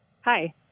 Hi